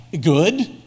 Good